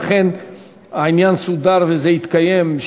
ואכן העניין סודר וזה התקיים,